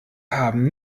haben